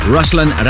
Ruslan